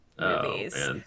movies